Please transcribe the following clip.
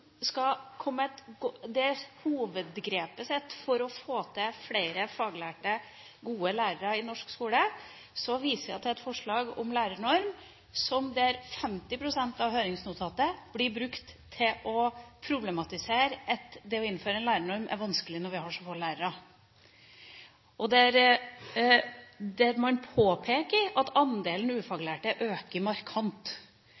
hovedgrepet sitt for å få flere faglærte, gode lærere i norsk skole, viser hun til et forslag om lærernorm der 50 pst. av høringsnotatet blir brukt til å problematisere at det å innføre en lærernorm er vanskelig når vi har så få lærere, og der man påpeker at andelen